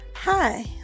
Hi